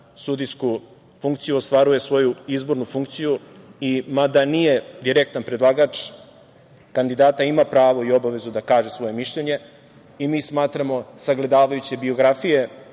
sudijsku funkciju, ostvaruje svoju izbornu funkciju i mada nije direktan predlagač kandidata ima pravo i obavezu da kaže svoje mišljenje. Mi smatramo, sagledavajući biografije